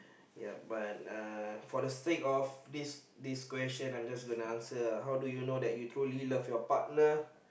ya but uh for the sake of this this question I'm just gonna answer how do you know that you truly love your partner